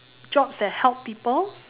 jobs that help people